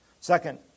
Second